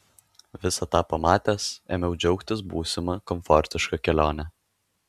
visą tą pamatęs ėmiau džiaugtis būsima komfortiška kelione